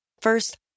First